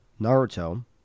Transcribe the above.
naruto